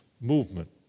movement